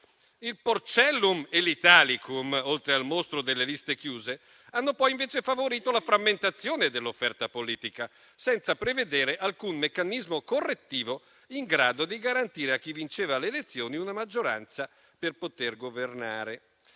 Il Porcellum e l'Italicum, oltre al mostro delle liste chiuse, hanno invece favorito la frammentazione dell'offerta politica, senza prevedere alcun meccanismo correttivo in grado di garantire a chi vinceva le elezioni una maggioranza per poter governare.